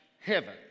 heaven